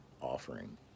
offering